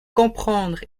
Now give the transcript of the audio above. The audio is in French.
comprendre